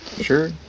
Sure